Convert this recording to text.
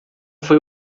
foi